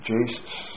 Jesus